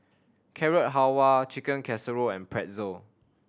Carrot Halwa Chicken Casserole and Pretzel